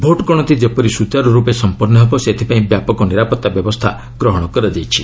ଭୋଟ୍ଗଣତି ଯେପରି ସୁଚାରୁରୂପେ ସମ୍ପନ୍ନ ହେବ ସେଥିପାଇଁ ବ୍ୟାପକ ନିରାପତ୍ତା ବ୍ୟବସ୍ଥା ଗ୍ରହଣ କରାଯାଇଛି